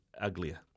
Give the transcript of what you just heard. uglier